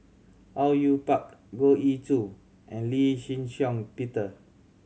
Au Yue Pak Goh Ee Choo and Lee Shih Shiong Peter